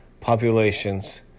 populations